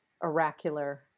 oracular